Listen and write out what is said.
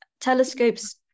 telescopes